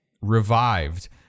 revived